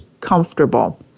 comfortable